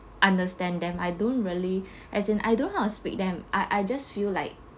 understand them I don't really as in I don't know how to speak them I I just feel like